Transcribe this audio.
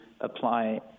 apply